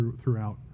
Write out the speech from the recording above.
throughout